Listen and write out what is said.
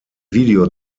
video